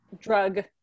drug